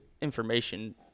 information